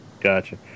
Gotcha